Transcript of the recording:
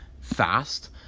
fast